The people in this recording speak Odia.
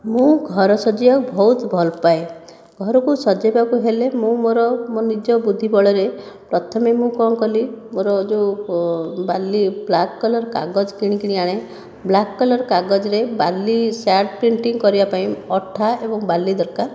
ମୁଁ ଘର ସଜେଇବାକୁ ବହୁତ ଭଲ ପାଏ ଘରକୁ ସଜେଇବାକୁ ହେଲେ ମୁଁ ମୋର ମୋ ନିଜ ବୁଦ୍ଧି ବଳରେ ପ୍ରଥମେ ମୁଁ କ'ଣ କଲି ମୋର ଯେଉଁ ବାଲି ବ୍ଲାକ୍ କଲର୍ କାଗଜ କିଣିକି ଆଣେ ବ୍ଲାକ୍ କଲର୍ କାଗଜରେ ବାଲି ସାଣ୍ଡ ପେନ୍ଟିଂ କରିବା ପାଇଁ ଅଠା ଏବଂ ବାଲି ଦରକାର